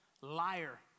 liar